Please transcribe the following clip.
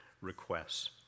requests